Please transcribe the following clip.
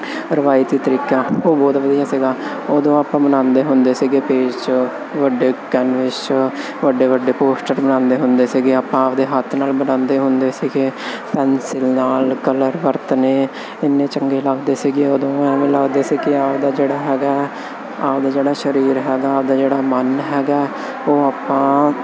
ਪਰਵਾਜ ਦੇ ਤਰੀਕਾ ਉਹ ਬਹੁਤ ਵਧੀਆ ਸੀਗਾ ਉਦੋਂ ਆਪਾਂ ਮਨਾਉਂਦੇ ਹੁੰਦੇ ਸੀਗੇ ਪੇਜ 'ਚ ਵੱਡੇ ਵੱਡੇ ਪੋਸਟ ਬਣਾਉਂਦੇ ਹੁੰਦੇ ਸੀਗੇ ਆਪਾਂ ਆਪਦੇ ਹੱਥ ਨਾਲ ਬਣਾਉਂਦੇ ਹੁੰਦੇ ਸੀਗੇ ਨਾਲ ਕਲਰ ਵਰਤਨੇ ਇੰਨੇ ਚੰਗੇ ਲੱਗਦੇ ਸੀਗੇ ਉਦੋਂ ਐਵੇਂ ਲੱਗਦੇ ਸੀ ਕਿ ਆਪਦਾ ਜਿਹੜਾ ਹੈਗਾ ਆਪਦੇ ਜਿਹੜਾ ਸਰੀਰ ਹੈਗਾ ਆਪਦਾ ਜਿਹੜਾ ਮਨ ਹੈਗਾ ਉਹ ਆਪਾਂ